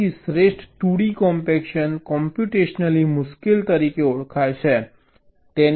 તેથી શ્રેષ્ઠ 2d compaction computationally મુશ્કેલ તરીકે ઓળખાય છે